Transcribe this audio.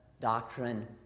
doctrine